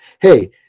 Hey